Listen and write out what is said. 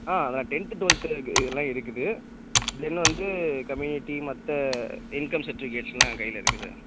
ஆ அதான் tenth twelfth எல்லாம் இருக்குது தென் வந்து கம்யூனிட்டி மற்ற இன்கம் சர்ட்டிவிகேட்ஸுலாம் என் கையில் இருக்குது சார்